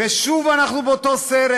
ושוב אנחנו באותו סרט.